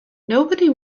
nobody